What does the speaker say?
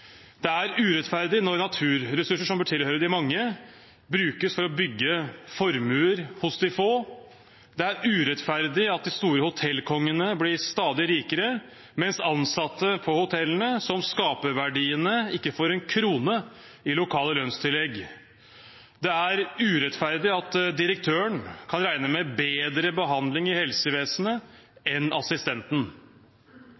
Det er urettferdig når naturressurser som bør tilhøre de mange, brukes for å bygge formuer hos de få. Det er urettferdig at de store hotellkongene blir stadig rikere, mens ansatte på hotellene som skaper verdiene, ikke får en krone i lokale lønnstillegg. Det er urettferdig at direktøren kan regne med bedre behandling i helsevesenet